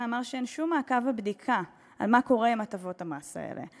שאין שום מעקב ובדיקה על מה שקורה עם הטבות המס האלה,